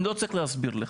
אני לא צריך להסביר לך,